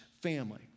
family